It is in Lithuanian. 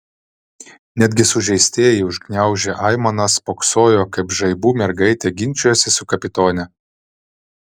netgi sužeistieji užgniaužę aimanas spoksojo kaip žaibų mergaitė ginčijasi su kapitone